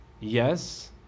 yes